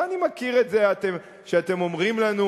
ואני מכיר את זה שאתם אומרים לנו: